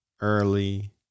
Early